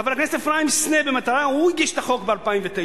חבר הכנסת אפרים סנה, הוא הגיש את החוק ב-2009.